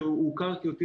שקרה אז,